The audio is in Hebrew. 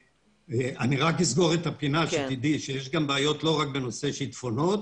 אני אסגור את הפינה שתדעי שיש גם בעיות ולא רק בנושא שיטפונות.